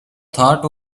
thought